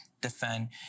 defend